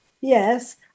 Yes